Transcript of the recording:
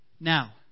Now